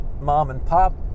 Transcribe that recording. mom-and-pop